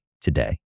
today